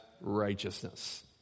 righteousness